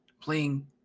playing